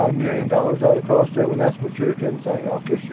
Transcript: um million dollars out across there, well, that's for sure ginseng, i'll kiss your